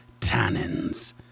tannins